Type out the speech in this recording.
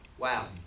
Wow